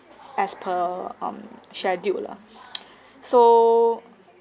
as per um scheduled lah so